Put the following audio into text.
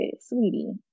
sweetie